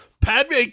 Padme